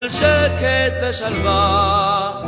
כל שקט ושלווה